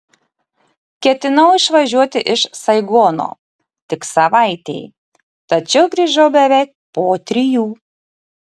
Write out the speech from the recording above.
ketinau išvažiuoti iš saigono tik savaitei tačiau grįžau beveik po trijų